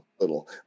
little